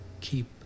keep